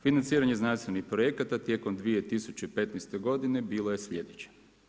Financiranje znanstvenih projekata tijekom 2015. godine bilo je slijedeće.